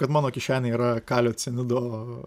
kad mano kišenėje yra kalio cianido